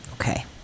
okay